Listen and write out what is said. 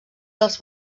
dels